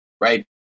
right